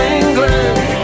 England